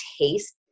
taste